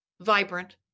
vibrant